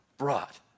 brought